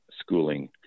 schooling